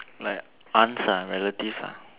like aunts ah relative ah